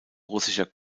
russischer